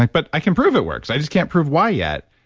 like but i can prove it works. i just can't prove why yet.